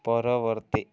ପରବର୍ତ୍ତୀ